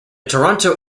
toronto